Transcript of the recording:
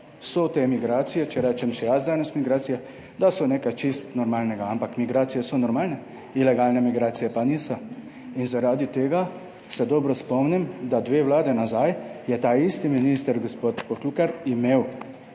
so te migracije, če rečem še jaz danes, migracije, da so nekaj čisto normalnega, ampak migracije so normalne, ilegalne migracije pa niso. In zaradi tega, se dobro spomnim, da dve vladi nazaj je ta isti minister gospod Poklukar imel